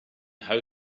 how